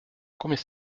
combien